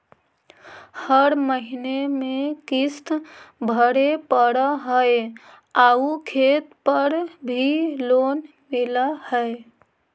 हर महीने में किस्त भरेपरहै आउ खेत पर भी लोन मिल है?